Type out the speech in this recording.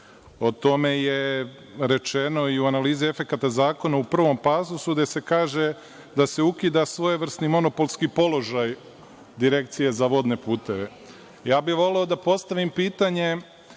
O tome je rečeno i u analizi efekata zakona u prvom pasusu, gde se kaže da se ukida svojevrsni monopolski položaj Direkcije za vodne puteve. Ja bih voleo da postavim pitanje